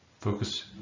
focus